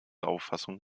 auffassung